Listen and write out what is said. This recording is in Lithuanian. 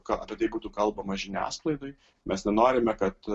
ką apie tai būtų kalbama žiniasklaidoj mes nenorime kad